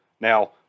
Now